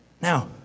Now